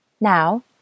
Now